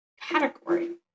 category